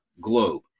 globe